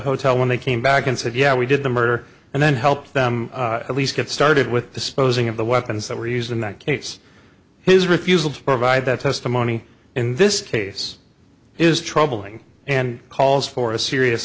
hotel when they came back and said yeah we did the murder and then help them at least get started with disposing of the weapons that were used in that case his refusal to provide that testimony in this case is troubling and calls for a serious